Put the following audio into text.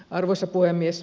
arvoisa puhemies